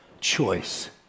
Choice